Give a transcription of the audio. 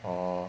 orh